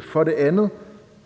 For det andet